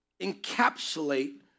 encapsulate